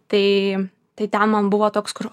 tai tai ten man buvo toks kur